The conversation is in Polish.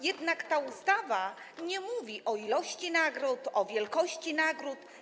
Jednak ta ustawa nie mówi o ilości nagród, o wielkości nagród.